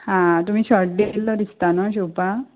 आं तुमी शर्ट दिल्लो दिसता न्हू शिंवपा